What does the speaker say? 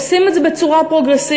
עושים את זה בצורה פרוגרסיבית,